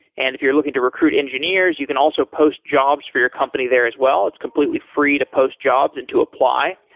and if you're looking to recruit engineers, you can also post jobs for your company there as well. it's completely free to post jobs and to apply.